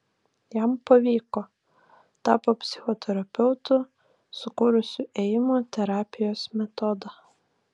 jam pavyko tapo psichoterapeutu sukūrusiu ėjimo terapijos metodą